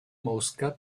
mosca